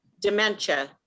Dementia